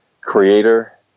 creator